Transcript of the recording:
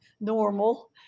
normal